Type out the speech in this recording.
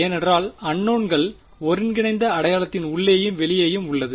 ஏனென்றால் அன்னோன்கள் ஒருங்கிணைந்த அடையாளத்தின் உள்ளேயும் வெளியேயும் உள்ளது